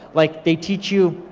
like they teach you,